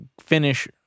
finish